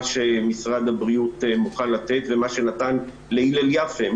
שמשרד הבריאות מוכן לתת ומה שהוא נתן להלל יפה,